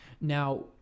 now